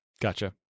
Gotcha